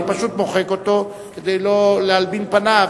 אני פשוט מוחק אותו כדי שלא להלבין פניו,